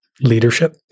leadership